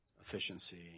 efficiency